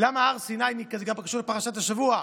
זה קשור לפרשת השבוע,